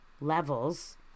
levels